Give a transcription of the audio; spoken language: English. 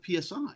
PSI